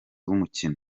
w’umukino